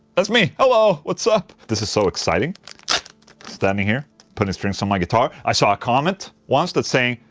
that's me, hello what's up? this is so exciting standing here putting strings on my guitar. i saw a comment once that's saying.